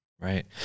Right